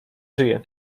żyje